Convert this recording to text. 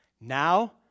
now